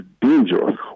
dangerous